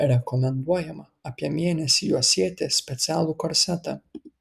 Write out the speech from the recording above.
rekomenduojama apie mėnesį juosėti specialų korsetą